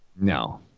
No